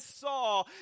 saw